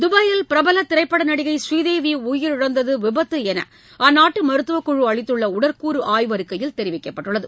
துபாயில் பிரபல திரைப்பட நடிகை பூநீதேவி உயிரிழந்தது விபத்து என அந்நாட்டு மருத்துவக் குழு அளித்துள்ள உடற்கூறு ஆய்வறிக்கையில் தெரிவிக்கப்பட்டுள்ளது